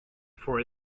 for